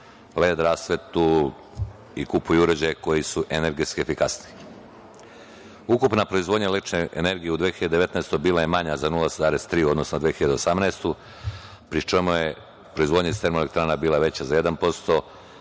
led rasvetu i kupuju uređaje koji su energetski efikasniji. Ukupna proizvodnja električne energije u 2019. godini bila je manja za 0,3 u odnosu na 2018. godinu, pri čemu je proizvodnja iz termoelektrana bila veća za 1%